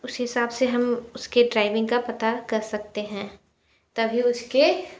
उस हिसाब से हम उसके ड्राइविंग का पता कर सकते हैं तभी उसके